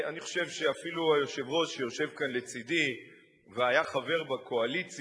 אני חושב שאפילו היושב-ראש שיושב כאן לצדי והיה חבר בקואליציה,